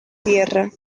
tierra